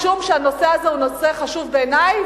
ומשום שהנושא הזה הוא נושא חשוב בעיני,